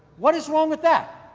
what is wrong with that?